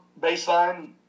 baseline